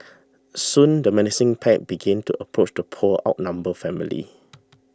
soon the menacing pack begin to approach the poor outnumbered family